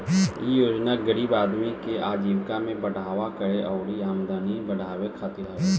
इ योजना गरीब आदमी के आजीविका में बढ़ावा करे अउरी आमदनी बढ़ावे खातिर हवे